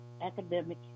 academic